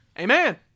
Amen